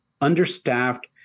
understaffed